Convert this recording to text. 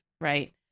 Right